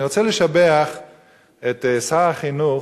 אני רוצה לשבח את שר החינוך,